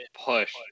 push